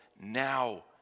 now